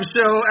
Show